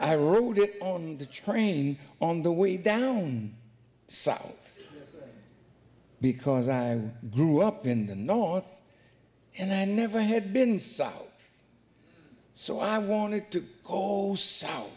wrote it on the train on the way down south because i grew up in the north and i never had been south so i wanted to call s